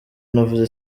navuze